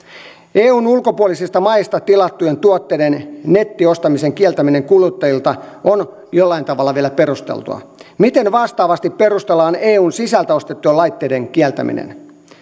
eun ulkopuolisista maista tilattujen tuotteiden nettiostamisen kieltäminen kuluttajilta on jollain tavalla vielä perusteltua miten vastaavasti perustellaan eun sisältä ostettujen laitteiden kieltäminen